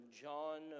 John